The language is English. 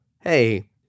Hey